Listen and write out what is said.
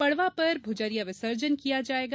पड़वा पर भुजरिया विसर्जन किया जायेगा